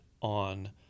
on